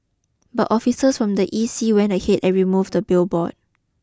but officers from the E C went ahead and removed the billboard